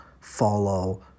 follow